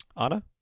Anna